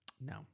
No